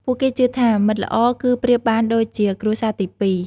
ពួកគេជឿថា មិត្តល្អគឺប្រៀបបានដូចជាគ្រួសារទីពីរ។